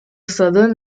southern